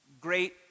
great